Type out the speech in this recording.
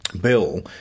Bill